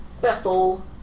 Bethel